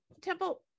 Temple